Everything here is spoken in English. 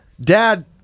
Dad